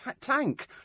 tank